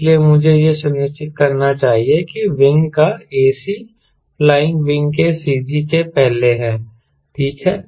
इसलिए मुझे यह सुनिश्चित करना चाहिए कि विंग का ac फ्लाइंग विंग के CG के पीछे है ठीक है